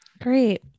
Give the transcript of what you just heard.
great